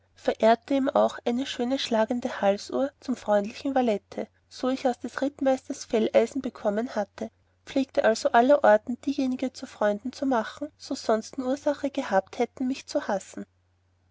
verehrte ihm auch eine schöne schlagende halsuhr zum freundlichen valete so ich aus des rittmeisters felleisen bekommen hatte pflegte also allerorten diejenige zu freunden zu machen so sonsten ursache gehabt hätten mich zu hassen